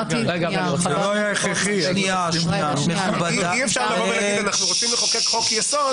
אי אפשר לבוא ולומר שרוצים לחוקק חוק יסוד